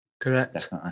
Correct